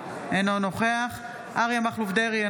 אינו נוכח אריה מכלוף דרעי,